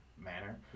manner